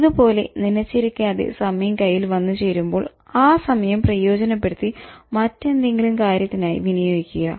ഇതുപോലെ നിനച്ചിരിക്കാതെ സമയം കയ്യിൽ വന്ന് ചേരുമ്പോൾ ആ സമയം പ്രയോജനപ്പെടുത്തി മറ്റെന്തെങ്കിലും കാര്യത്തിനായി വിനിയോഗിക്കുക